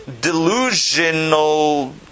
delusional